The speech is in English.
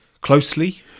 closely